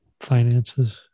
finances